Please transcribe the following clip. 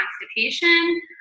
constipation